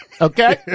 okay